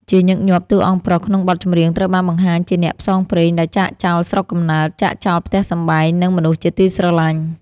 ជាញឹកញាប់ តួអង្គប្រុសក្នុងបទចម្រៀងត្រូវបានបង្ហាញជាអ្នកផ្សងព្រេងដែលចាកចោលស្រុកកំណើត ចាកចោលផ្ទះសម្បែង និងមនុស្សជាទីស្រឡាញ់។